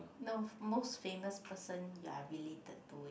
no most famous person you are related to